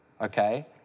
okay